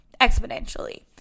exponentially